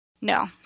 No